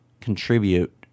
contribute